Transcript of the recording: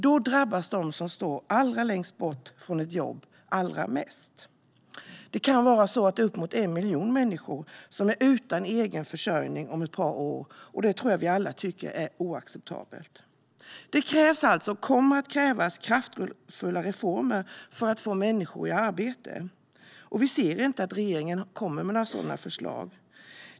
Då drabbas de som står längst bort från ett jobb allra mest. Upp emot 1 miljon människor kan vara utan egen försörjning om ett par år, och det tror jag att vi alla tycker är oacceptabelt. Det krävs alltså, och kommer att krävas, kraftfulla reformer för att få människor i arbete. Vi ser inte att regeringen kommer med några sådana förslag.